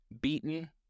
beaten